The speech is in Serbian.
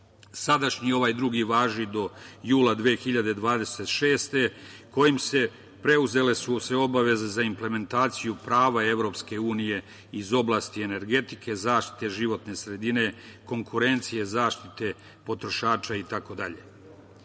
Sadašnji, ovaj drugi, važi do jula 2026. godine, kojim su se preuzele obaveze za implementaciju prava EU iz oblasti energetike, zaštite životne sredine, konkurencije zaštite potrošača itd.Za